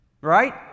Right